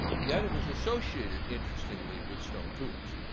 yet it was associated, interestingly, with stone tools.